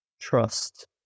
Trust